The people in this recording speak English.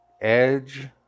Edge